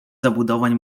zabudowań